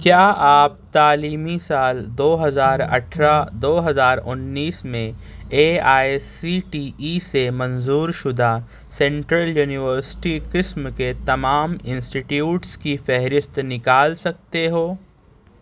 کیا آپ تعلیمی سال دو ہزار اٹھرہ دو ہزار انّیس میں A I C T E سے منظور شدہ سینٹرل یونیورسٹی قسم کے تمام انسٹیٹیوٹس کی فہرست نکال سکتے ہو